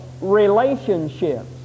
relationships